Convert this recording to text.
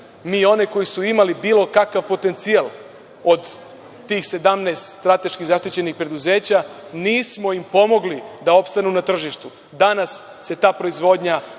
ni one koji su imali bilo kakav potencijal od tih 17 strateški zaštićenih preduzeća nismo im pomogli da opstanu na tržištu. Danas se ta proizvodnja